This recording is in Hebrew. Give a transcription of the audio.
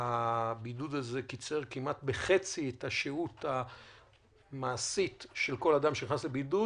השינוי הזה קיצר כמעט בחצי את השהות המעשית של כל אדם שנכנס לבידוד.